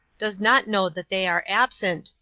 does not know that they are absent,